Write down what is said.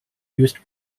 used